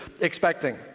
expecting